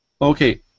Okay